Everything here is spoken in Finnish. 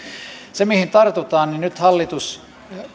se mihin tartutaan nyt hallitus